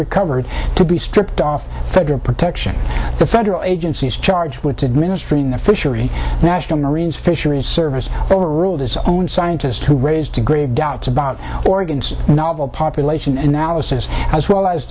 recovered to be stripped off federal protection the federal agencies charged with did ministry no fishery national marine fisheries service overruled his own scientist who raised the grave doubts about oregon's novel population analysis as well as